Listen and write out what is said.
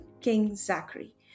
King-Zachary